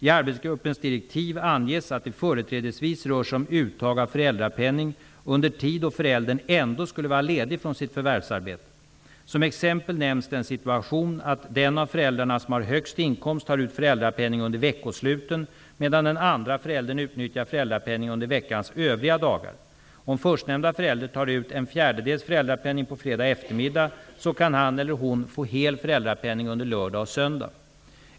I arbetsgruppens direktiv anges att det företrädesvis rör sig om uttag av föräldrapenning under tid då föräldern ändå skulle vara ledig från sitt förvärvsarbete. Som exempel nämns den situationen att den av föräldrarna som har högst inkomst tar ut föräldrapenning under veckosluten, medan den andra föräldern utnyttjar föräldrapenningen under veckans övriga dagar. Om förstnämnda förälder tar ut en fjärdedels föräldrapenning på fredag eftermiddag kan han eller hon få hel föräldrapenning under lördag och söndag.